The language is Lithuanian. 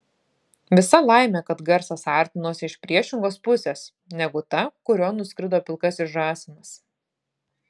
visa laimė kad garsas artinosi iš priešingos pusės negu ta kurion nuskrido pilkasis žąsinas